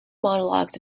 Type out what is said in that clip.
monologues